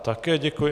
Také děkuji.